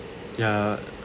yeah